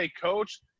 coach